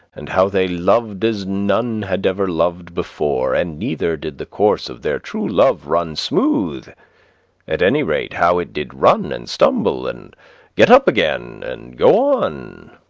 and how they loved as none had ever loved before, and neither did the course of their true love run smooth at any rate, how it did run and stumble, and get up again and go on!